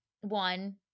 one